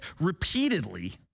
repeatedly